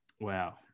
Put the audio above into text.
wow